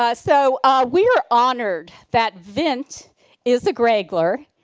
ah so ah we are honored that vint is a greygler,